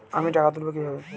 আমি টাকা তুলবো কি ভাবে?